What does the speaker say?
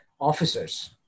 officers